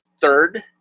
third